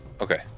Okay